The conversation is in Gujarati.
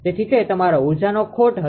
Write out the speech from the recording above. તેથી તે તમારો ઊર્જાની ખોટ હશે